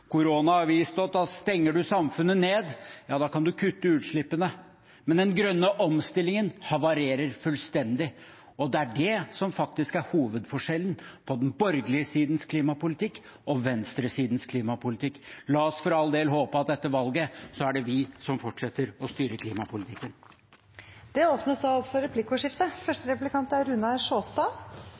har vist oss at stenger man samfunnet ned, kan en kutte utslippene, men den grønne omstillingen havarerer fullstendig. Det er det som faktisk er hovedforskjellen på den borgerlige sidens klimapolitikk og venstresidens klimapolitikk. La oss for all del håpe at det etter valget er vi som fortsetter å styre klimapolitikken. Det blir replikkordskifte. Nå vet jeg ikke om jeg ble mest skremt da